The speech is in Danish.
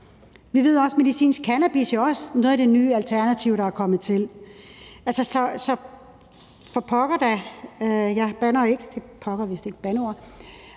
Vi ved også, at medicinsk cannabis er et nyt alternativ, der er kommet til.